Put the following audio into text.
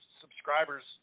subscribers